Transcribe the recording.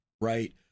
right